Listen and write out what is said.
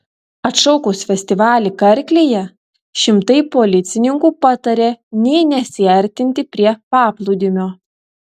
atšaukus festivalį karklėje šimtai policininkų pataria nė nesiartinti prie paplūdimio